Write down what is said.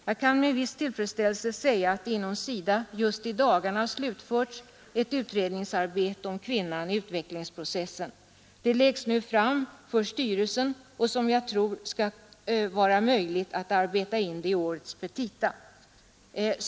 Jag kan med viss tillfredsställelse säga att inom SIDA just i dagarna har slutförts ett utredningsarbete om kvinnan i utvecklingsprocessen. Det läggs nu fram för styrelsen, och jag tror att det kan vara möjligt att arbeta in det i årets petita.